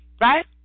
Right